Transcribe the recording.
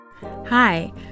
Hi